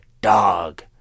dog